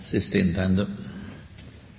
siste